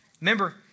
remember